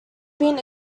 been